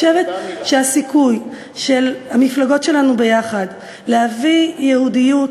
חושבת שכלל אזרחי מדינת ישראל יש להם את אותן זכויות בדיוק.